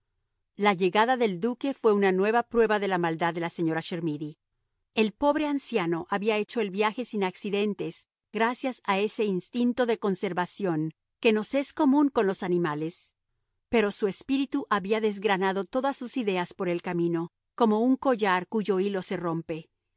la llegada del duque fue una nueva prueba de la maldad de la señora chermidy el pobre anciano había hecho el viaje sin accidentes gracias a ese instinto de conservación que nos es común con los animales pero su espíritu había desgranado todas sus ideas por el camino como un collar cuyo hilo se rompe